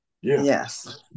Yes